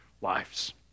lives